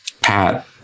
Pat